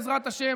בעזרת השם,